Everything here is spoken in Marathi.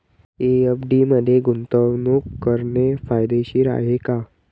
एफ.डी मध्ये गुंतवणूक करणे फायदेशीर आहे का?